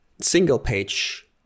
single-page